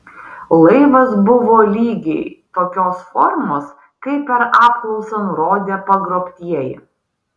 laivas buvo lygiai tokios formos kaip per apklausą nurodė pagrobtieji